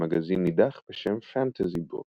במגזין נידח בשם "Fantasy Book".